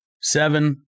seven